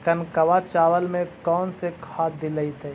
कनकवा चावल में कौन से खाद दिलाइतै?